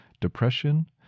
depression